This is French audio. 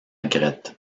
grete